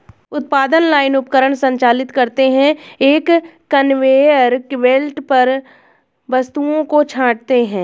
उत्पादन लाइन उपकरण संचालित करते हैं, एक कन्वेयर बेल्ट पर वस्तुओं को छांटते हैं